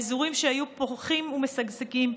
האזורים שהיו פורחים ומשגשגים,